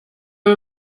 are